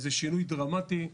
זה שינוי דרמטי.